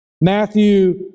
Matthew